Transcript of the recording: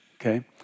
okay